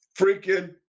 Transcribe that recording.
freaking